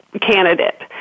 candidate